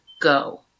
go